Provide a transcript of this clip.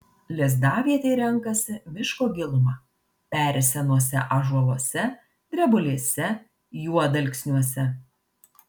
lizdavietei renkasi miško gilumą peri senuose ąžuoluose drebulėse juodalksniuose